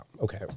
okay